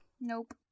Nope